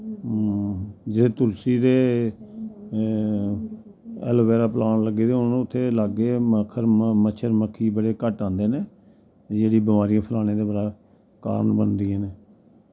जेह्ड़े तुलसी दे ऐलोबेरा पलांट लग्गे दे होन उत्थ लाग्गो मच्छर मक्खी बड़े घट्ट आंदे न जेह्ड़े बमारियां फलाने दे कारण बनदियां न